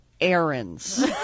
errands